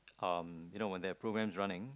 um you know when there programs running